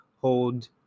hold